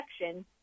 section